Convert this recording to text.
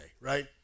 right